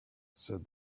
said